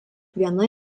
viena